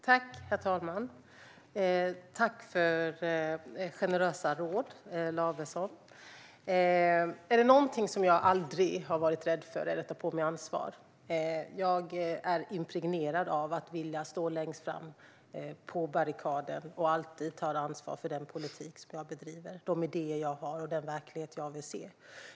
Herr talman! Tack för generösa råd, Lavesson! Är det någonting som jag aldrig har varit rädd för är det att ta på mig ansvar. Jag är impregnerad av viljan att stå längst fram på barrikaden och alltid ta ansvar för den politik jag bedriver, de idéer jag har och den verklighet jag vill se.